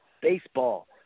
baseball